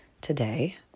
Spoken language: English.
today